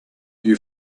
you